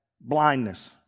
blindness